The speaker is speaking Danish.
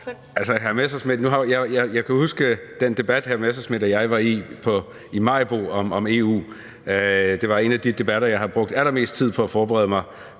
Knuth (KF): Jeg kan huske den debat om EU, hr. Messerschmidt og jeg var i, i Maribo. Det var en af de debatter, jeg har brugt allermest tid på at forberede mig